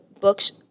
books